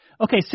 Okay